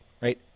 Right